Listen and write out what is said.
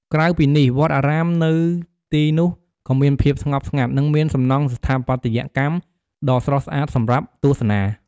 ក្រៅពីនេះ វត្តអារាមនៅទីនោះក៏មានភាពស្ងប់ស្ងាត់ និងមានសំណង់ស្ថាបត្យកម្មដ៏ស្រស់ស្អាតសម្រាប់ទស្សនា។